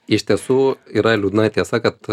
iš tiesų yra liūdna tiesa kad